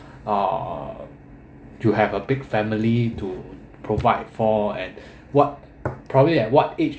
uh you have a big family to provide for and what probably at what age